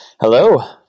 hello